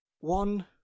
One